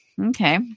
Okay